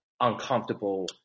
uncomfortable